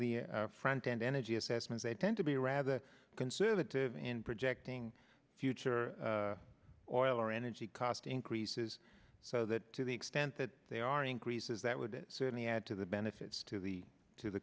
the front end energy assessments they tend to be rather conservative in projecting future oil or energy cost increases so that to the extent that they are increases that would certainly add to the benefits to the to the